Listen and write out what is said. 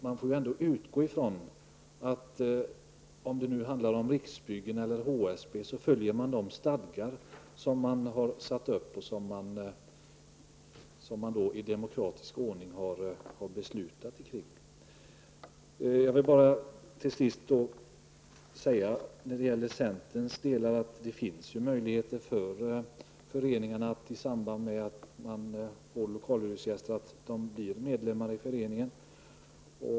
Man får ändå utgå ifrån, oavsett om det nu handlar om Riksbyggen eller HSB, att föreningen följer de stadgar som man uppsatt och i demokratisk ordning beslutat om. Jag vill slutligen till centern säga att det finns möjligheter för föreningarna att göra lokalhyresgäster till medlemmar i föreningen.